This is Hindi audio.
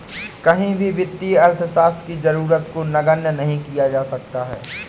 कहीं भी वित्तीय अर्थशास्त्र की जरूरत को नगण्य नहीं किया जा सकता है